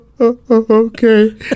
Okay